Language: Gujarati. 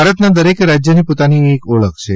ભારતના દરેક રાજ્યની પોતાની એક ઓળખ છે